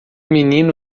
menino